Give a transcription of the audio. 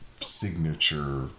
signature